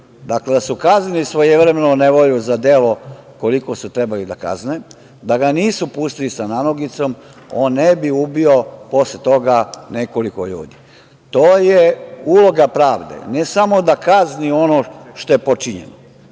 da su kaznili svojevremeno Nevolju za delo, koliko su trebali da kazne, da ga nisu pustili sa nanogicom, on ne bi ubio posle toga nekoliko ljudi. To je uloga pravde, ne samo da kazni ono što je počinjeno,